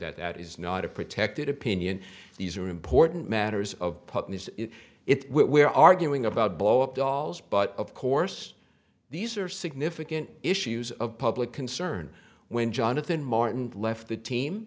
that that is not a protected opinion these are important matters of public it's what we're arguing about blow up dolls but of course these are significant issues of public concern when jonathan martin left the team